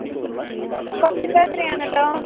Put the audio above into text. Cochin bakery ആണല്ലോ